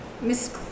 Miss